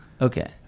Okay